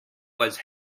was